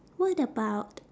what about